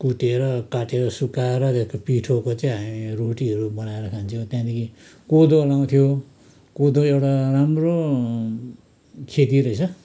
कुटेर काटेर सुकाएर त्यसको पिठोको चाहिँ हामी रोटीहरू बनाएर खान्थ्यौँ त्यहाँदेखि कोदो लगाउँथ्यो कोदो एउटा राम्रो खेती रहेछ